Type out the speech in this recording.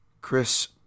Chris